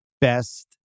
best